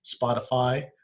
Spotify